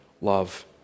love